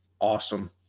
awesome